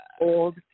old